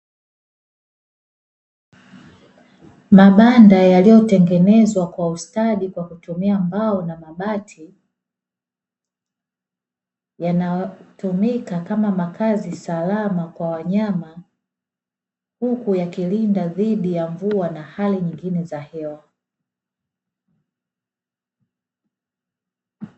Mabanda yaliyotengenezwa kwa ustadi kwa kutumia mbao na mabati, yanayotumika kama makazi salama kwa wanyama huku yakilinda dhidi ya mvua na hali nyingine za hewa.